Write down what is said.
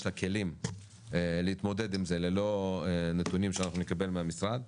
כלים להתמודד עם זה ללא נתונים שאנחנו נקבל מהמשרד.